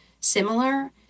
similar